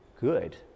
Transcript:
good